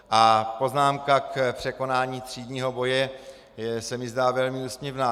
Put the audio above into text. A poznámka k překonání třídního boje se mi zdá velmi úsměvná.